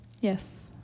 Yes